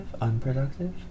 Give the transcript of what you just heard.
unproductive